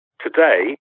today